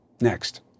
next